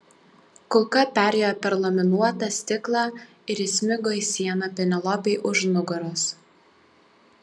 kulka perėjo per laminuotą stiklą ir įsmigo į sieną penelopei už nugaros